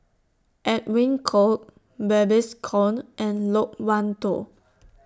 Edwin Koek Babes Conde and Loke Wan Tho